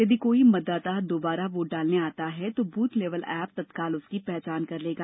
यदि कोई मतदाता पुनः वोट डालने आ जाता है तो बूथ लेवल एप तत्काल उसकी पहचान कर लेगा